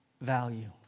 value